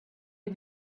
ihr